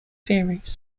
theories